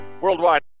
Worldwide